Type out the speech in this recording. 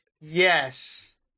Yes